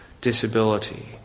disability